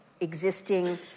existing